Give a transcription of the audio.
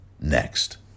next